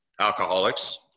alcoholics